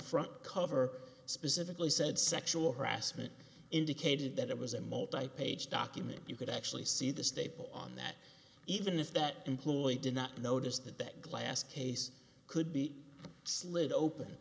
front cover specifically said sexual harassment indicated that it was in multi page document you could actually see the staple on that even if that employee did not notice that that glass case could be slid open